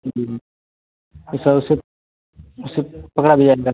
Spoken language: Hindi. जी तो सर उसे उसे पकड़ा भी जाएगा